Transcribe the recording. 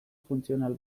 funtzional